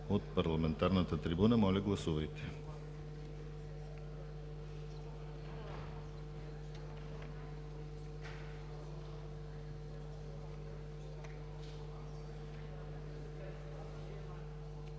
от парламентарната трибуна. Моля, гласувайте.